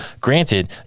granted